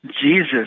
Jesus